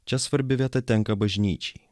čia svarbi vieta tenka bažnyčiai